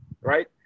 right